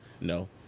No